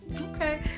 Okay